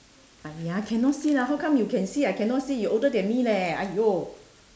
!aiya! cannot see lah how come you can see I cannot see you older than me leh !aiyo!